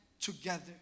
together